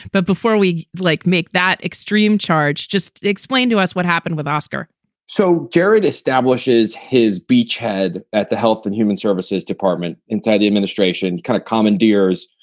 but before we like make that extreme charge, just explain to us what happened with oscar so gerard establishes his beachhead at the health and human services department inside the administration kind of commandeers.